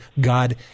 God